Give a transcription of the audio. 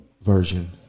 version